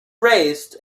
raised